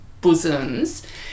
bosoms